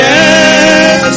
Yes